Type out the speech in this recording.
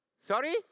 sorry